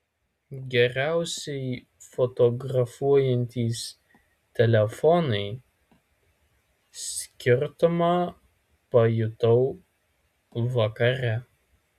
geriausiai fotografuojantys telefonai skirtumą pajutau vakare